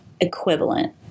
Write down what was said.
equivalent